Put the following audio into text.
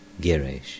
Girish